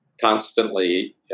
constantly